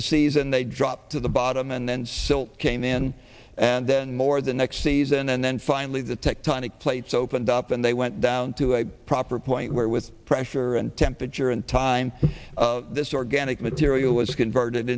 these and they dropped to the bottom and still came in and then more the next season and then finally the tectonic plates opened up and they went down to a proper point where with pressure and temperature and time this organic material was converted